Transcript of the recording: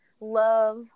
love